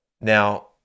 now